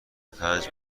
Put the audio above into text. پنج